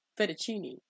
fettuccine